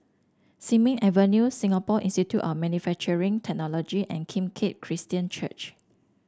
Sin Ming Avenue Singapore Institute of Manufacturing Technology and Kim Keat Christian Church